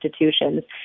institutions